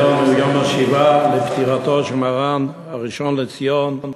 היום הוא יום השבעה לפטירתו של מרן הראשון לציון,